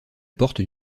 porte